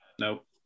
Nope